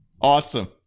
Awesome